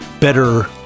better